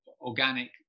organic